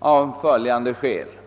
allt följande orsaker.